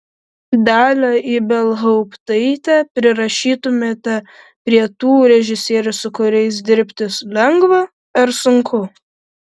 dalią ibelhauptaitę prirašytumėte prie tų režisierių su kuriais dirbti lengva ar sunku